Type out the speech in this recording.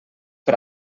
per